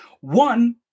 One